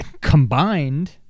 combined